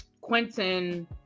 Quentin